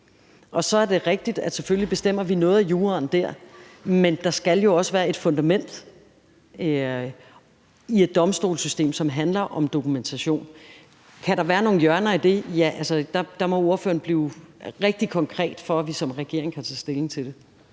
og så er det rigtigt, at selvfølgelig bestemmer vi noget af juraen der, men der skal jo også være et fundament i et domstolssystem, som handler om dokumentation. Kan der være nogle hjørner i det? Ja, der må ordføreren blive rigtig konkret, for at vi som kan regering kan tage stilling til det.